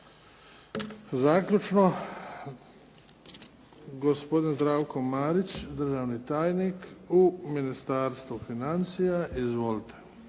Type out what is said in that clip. Zaključno, gospodin Zdravko Marić, državni tajnik u Ministarstvu financija. Izvolite.